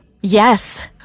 Yes